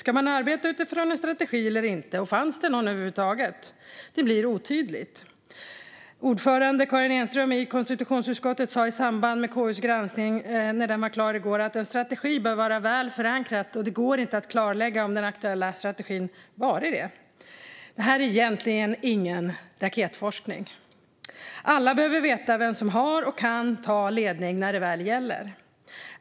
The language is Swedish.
Ska man arbeta utifrån en strategi eller inte, och fanns det någon över huvud taget? Det blir otydligt. Ordföranden i konstitutionsutskottet, Karin Enström, sa i samband med att KU:s granskning blev klar i går att en strategi bör vara väl förankrad, och det går inte att klarlägga om den aktuella strategin var det. Det här är egentligen ingen raketforskning. Alla behöver veta vem som har och kan ta ledning när det väl gäller.